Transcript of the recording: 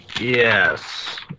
Yes